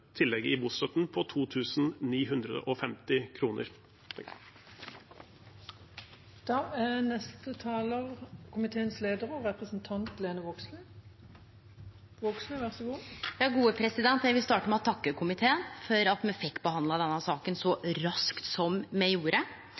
tillegget i bostøtten på 2 950 kr. Eg vil starte med takke komiteen for at me fekk behandle denne saka så raskt som me gjorde. Det er freistande å